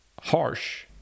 harsh